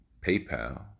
PayPal